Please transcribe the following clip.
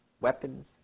weapons